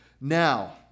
Now